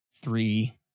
three